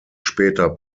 später